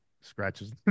scratches